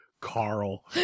carl